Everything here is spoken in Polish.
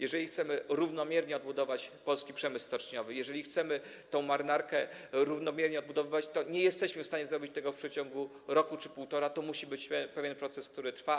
Jeżeli chcemy równomiernie odbudować polski przemysł stoczniowy, jeżeli chcemy marynarkę równomiernie odbudowywać, to nie jesteśmy w stanie zrobić tego w ciągu roku czy półtora roku, to musi być proces, który trwa.